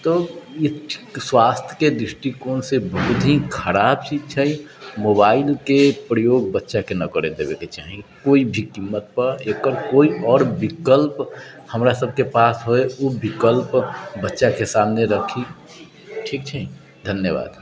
तऽ स्वास्थ्य के दृष्टिकोण से बहुत ही खराब छै मोबाइल के प्रयोग बच्चा के ना करय देबे के चाही कोइ भी कीमत पर एकर कोइ आओर विकल्प हमरा सबके पास होय ओ विकल्प बच्चा के सामने रखी ठीक छै धन्यवाद